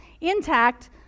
intact